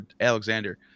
Alexander